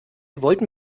wollten